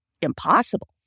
impossible